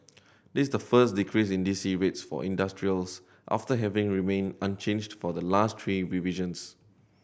this the first decrease in D C rates for industrials after having remained unchanged for the last three revisions